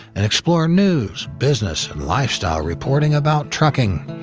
and explore news, business and lifestyle reporting about trucking.